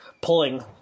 pulling